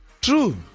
true